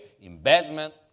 investment